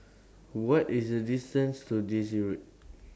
What IS The distance to Daisy Road